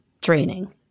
draining